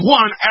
one